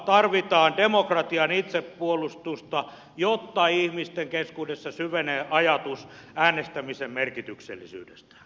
tarvitaan demokratian itsepuolustusta jotta ihmisten keskuudessa syvenee ajatus äänestämisen merkityksellisyydestä